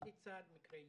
לצד מקרי ירי,